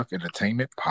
Entertainment